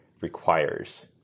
requires